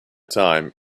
time